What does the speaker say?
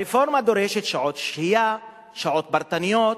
הרפורמה דורשת שעות שהייה, שעות פרטניות,